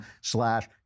slash